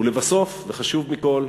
ולבסוף, וחשוב מכול,